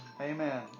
Amen